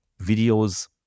videos